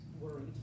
worried